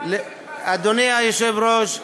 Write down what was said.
אדוני היושב-ראש,